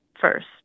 first